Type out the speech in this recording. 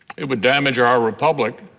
it would damage our republic